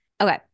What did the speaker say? Okay